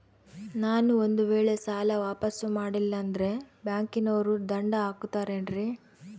ನಾನು ಒಂದು ವೇಳೆ ಸಾಲ ವಾಪಾಸ್ಸು ಮಾಡಲಿಲ್ಲಂದ್ರೆ ಬ್ಯಾಂಕನೋರು ದಂಡ ಹಾಕತ್ತಾರೇನ್ರಿ?